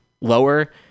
lower